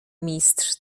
mistrz